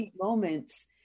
moments